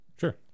Sure